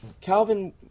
Calvin